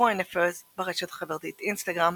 Foreign Affairs, ברשת החברתית אינסטגרם